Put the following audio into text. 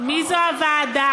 מי זו הוועדה?